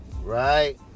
right